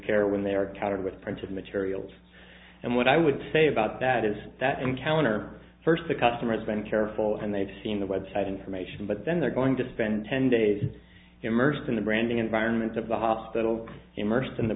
care when they're covered with printed materials and what i would say about that is that encounter first the customer has been careful and they've seen the website information but then they're going to spend ten days immersed in the branding environment of the hospital immersed in the